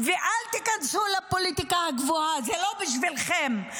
ואל תיכנסו לפוליטיקה הגבוהה, זה לא בשבילכם.